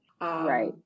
Right